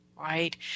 Right